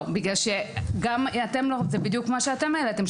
זה בדיוק מה שאתם העליתם,